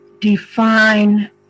define